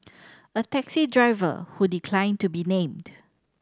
a taxi driver who declined to be named